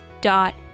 dot